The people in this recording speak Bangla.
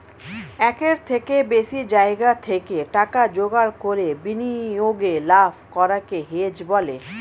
একের থেকে বেশি জায়গা থেকে টাকা জোগাড় করে বিনিয়োগে লাভ করাকে হেজ বলে